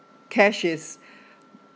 cash is